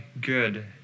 good